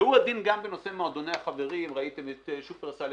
והוא הדין גם בנושא מועדוני החברים ראיתם את שופרסל,